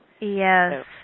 Yes